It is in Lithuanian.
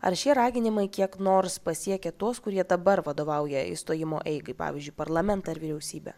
ar šie raginimai kiek nors pasiekė tuos kurie dabar vadovauja išstojimo eigai pavyzdžiui parlamentą ir vyriausybę